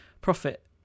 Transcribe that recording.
profit